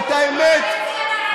אני מבקשת פנסיה,